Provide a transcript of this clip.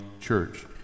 church